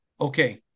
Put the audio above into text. okay